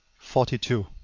forty two.